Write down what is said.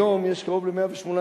היום יש קרוב ל-118,000,